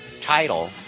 title